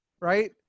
right